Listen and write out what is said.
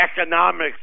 economics